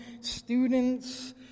students